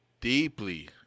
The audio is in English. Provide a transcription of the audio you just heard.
deeply